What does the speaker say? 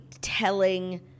telling